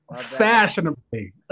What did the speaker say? Fashionably